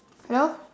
hello